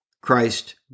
Christ